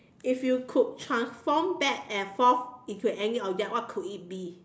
if you could transform back an forth into any object what could it be